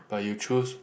but you choose